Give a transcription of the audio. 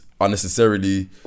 unnecessarily